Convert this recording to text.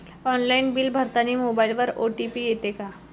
Online bill भरतानी मोबाईलवर OTP येते का?